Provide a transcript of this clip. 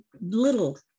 little